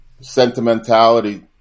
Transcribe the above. sentimentality